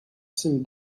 seem